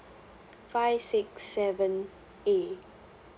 five six seven A